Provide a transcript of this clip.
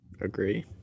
Agree